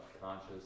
Conscious